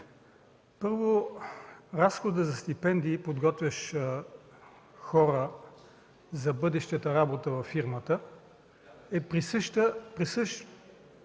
Първо, разходът за стипендии, подготвящ хора за бъдещата работа във фирмата, е присъщ